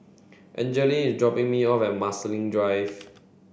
Angeline is dropping me off at Marsiling Drive